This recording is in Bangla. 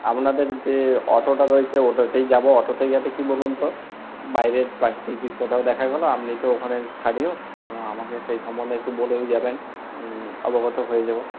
আপনাদের যে অটোটা রয়েছে ওটাতেই যাব অটোতে গেলে কি বলুন তো বাইরের প্রাকৃতিক দৃশ্যটাও দেখা গেল আপনি তো ওখানের স্থানীয় আমাকে সেই সম্বন্ধে একটু বলেও যাবেন আমি অবগত হয়ে যাব